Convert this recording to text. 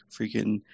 freaking